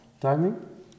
Timing